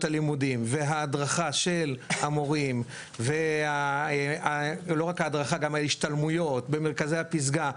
הלימודים וההדרכה של המורים לא רק ההדרכה גם ההשתלמויות במרכזי הפסגה,